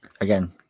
Again